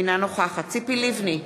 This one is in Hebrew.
אינה נוכחת ציפי לבני,